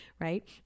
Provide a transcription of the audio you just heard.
right